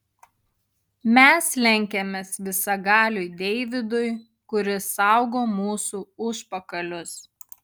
mes lenkiamės visagaliui deividui kuris saugo mūsų užpakalius